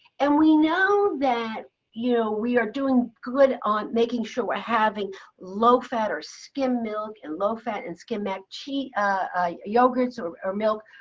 and we know that you know we are doing good on making sure we're having low fat or skim milk and low fat and skim ah milk ah yogurts or or milk.